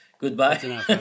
goodbye